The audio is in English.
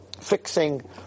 fixing